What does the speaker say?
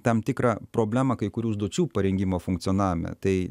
tam tikrą problemą kai kurių užduočių parengimo funkcionavime tai